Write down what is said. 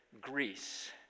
Greece